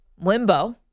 limbo